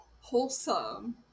wholesome